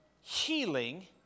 healing